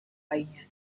menyukainya